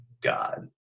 God